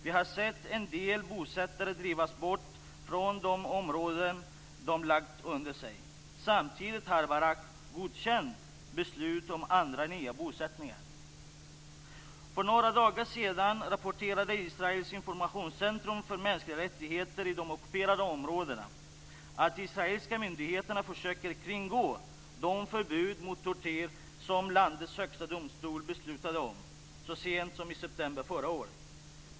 Vi har sett en del bosättare drivas bort från de områden de lagt under sig. Samtidigt har Barak godkänt beslut om andra nya bosättningar. För några dagar sedan rapporterade Israels informationscentrum för mänskliga rättigheter i de ockuperade områdena att israeliska myndigheter försöker kringgå det förbud mot tortyr som landets högsta domstol beslutade om så sent som i september förra året.